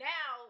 Now